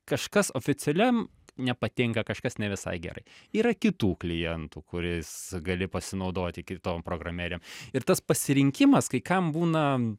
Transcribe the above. kažkas oficialiam nepatinka kažkas ne visai gerai yra kitų klientų kuriais gali pasinaudoti kitom programėlėm ir tas pasirinkimas kai kam būna